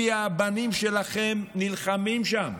כי הבנים שלכם נלחמים שם,